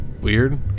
weird